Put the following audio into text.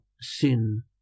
sin